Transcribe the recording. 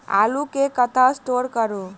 आलु केँ कतह स्टोर करू?